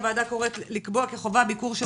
הוועדה קוראת לקבוע כי חובה ביקור של